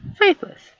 faithless